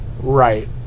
Right